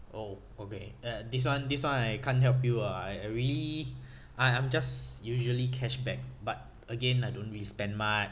oh okay uh this [one] this [one] I can't help you ah I I really I I'm just usually cashback but again I don't really spend much